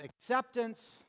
acceptance